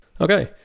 Okay